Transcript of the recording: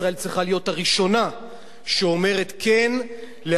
ישראל צריכה להיות הראשונה שאומרת כן להכרה